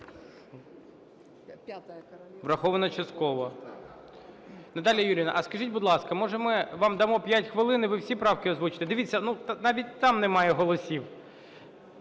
Врахована частково. Наталія Юріївна, а скажіть, будь ласка, може, ми вам дамо 5 хвилин, і ви всі правки озвучите? Дивіться, навіть там немає голосів,